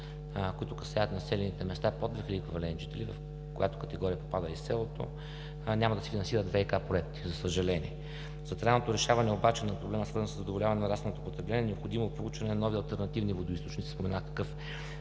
които касаят населените места под 2000 еквивалент жители, в която категория попада и селото, няма да се финансират ВИК проекти, за съжаление. За реалното решаване обаче на проблема, свързан със задоволяване на нарасналото потребление, е необходимо проучване на нови алтернативни водоизточници – споменах какъв